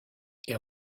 est